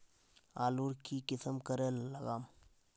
आलूर की किसम करे लागम?